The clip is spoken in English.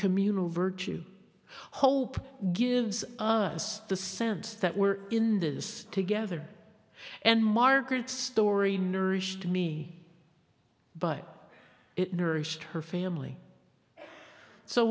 communal virtue hope gives us the sense that we're in this together and margaret story nourished me but it nourished her family so